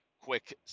quick